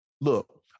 look